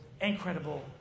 incredible